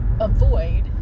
avoid